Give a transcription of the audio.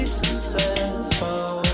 successful